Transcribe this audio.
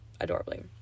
adorably